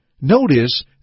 Notice